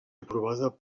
aprovada